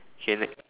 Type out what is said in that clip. okay next